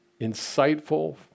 insightful